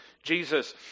Jesus